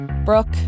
Brooke